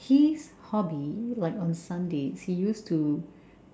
his hobby like on Sundays he used to